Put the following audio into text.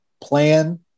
plan